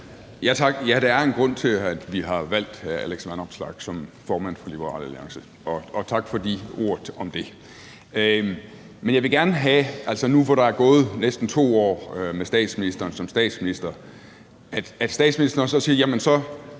Ja, der er en grund til, at vi har valgt hr. Alex Vanopslagh som formand for Liberal Alliance. Og tak for de ord om det. Men nu, hvor der næsten er gået 2 år med statsministeren som statsminister, vil jeg gerne have, at statsministeren så siger, jamen så